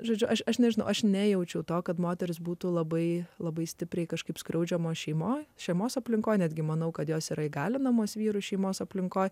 žodžiu aš aš nežinau aš nejaučiau to kad moteris būtų labai labai stipriai kažkaip skriaudžiamo šeimoje šeimos aplinkoje netgi manau kad jos yra įgalinamas vyrų šeimos aplinkoje